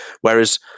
Whereas